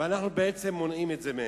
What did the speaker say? ואנחנו בעצם מונעים את זה מהם.